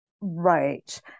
right